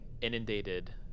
inundated